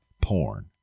porn